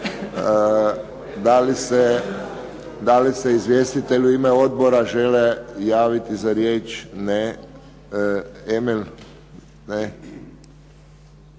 Da li se izvjestitelji u ime odbora žele javiti za riječ? Ne.